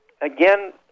again